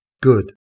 Good